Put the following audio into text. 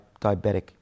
diabetic